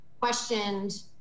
questioned